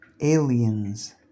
Aliens